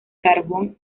carbón